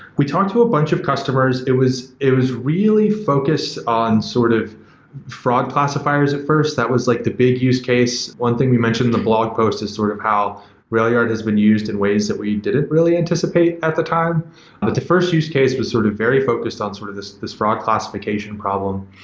we talked to a bunch of customers. it was it was really focused on sort of fraud classifiers at first. that was like the big use case. one thing we mentioned in the blog post is sort of how railyard has been used in ways that we didn't really anticipate at the time. but the first use case was sort of very focused on sort of this this fraud classification problem.